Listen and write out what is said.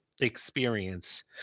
experience